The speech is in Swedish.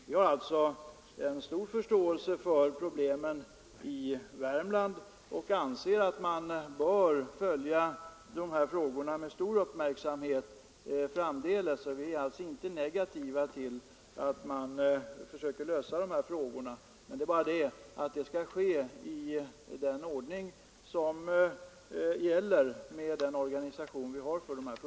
Vi har alltså stor förståelse för problemen i Värmland och anser att man bör följa frågorna med stor uppmärksamhet framdeles för att försöka lösa de här frågorna. Men det skall ske i den ordning som gäller med den organisation som vi har.